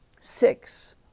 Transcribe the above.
six